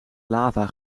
lava